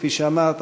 כפי שאמרת,